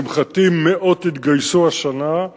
לשמחתי מאות התגייסו השנה.